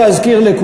תשאל אותו,